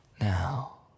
now